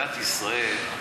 מדינת ישראל,